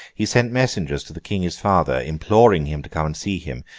he sent messengers to the king his father, imploring him to come and see him,